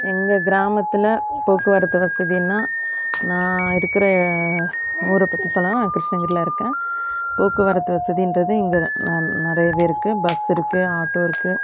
எங்கள் கிராமத்தில் போக்குவரத்து வசதின்னால் நான் இருக்கிற ஊரை பற்றி சொல்லணுன்னால் நான் கிருஷ்ணகிரியில் இருக்கேன் போக்குவரத்து வசதிங்றது இங்கே நான் நிறையவே இருக்குது பஸ் இருக்குது ஆட்டோ இருக்குது